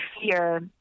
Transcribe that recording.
fear